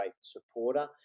supporter